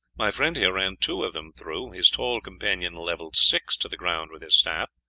my friend here ran two of them through, his tall companion levelled six to the ground with his staff,